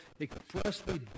expressly